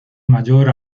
mayor